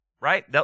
Right